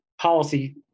policy